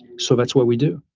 so that's what we do,